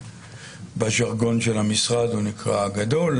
בז'רגון של המשרד הוא נקרא גדול,